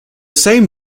same